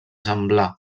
semblar